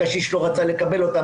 הקשיש לא רצה לקבל אותן,